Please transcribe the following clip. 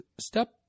step